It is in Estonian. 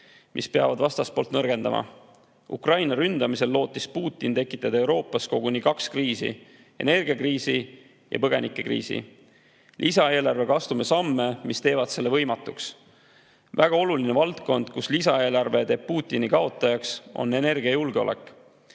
mis peavad vastaspoolt nõrgendama. Ukraina ründamisel lootis Putin tekitada Euroopas koguni kaks kriisi: energiakriisi ja põgenikekriisi. Lisaeelarvega astume samme, mis teevad selle võimatuks. Väga oluline valdkond, kus lisaeelarve teeb Putini kaotajaks, on energiajulgeolek.